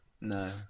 No